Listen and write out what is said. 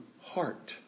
heart